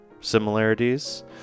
similarities